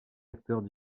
acteurs